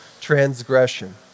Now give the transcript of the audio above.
transgression